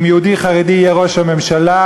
אם יהודי חרדי יהיה ראש הממשלה,